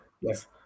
Yes